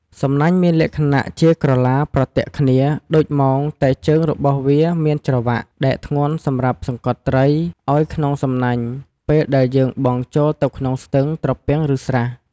សំណាញ់់មានលក្ខណៈជាក្រឡាប្រទាក់គ្នាដូចមោងតែជើងរបស់វាមានច្រវាក់ដែកធ្ងន់សម្រាប់សង្កត់ត្រីឲ្រក្នុងសំណាញ់ពេលដែលយើងបង់ចូលទៅក្នុងស្ទឹង ត្រពាំង ឬស្រះ។